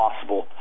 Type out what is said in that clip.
possible